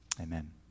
Amen